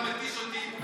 אתה מתיש אותי,